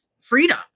freedom